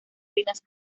ruinas